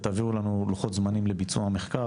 תעבירו לנו לוחות זמנים לביצוע המחקר,